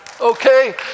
okay